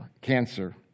cancer